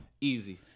Easy